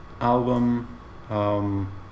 album